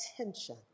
attention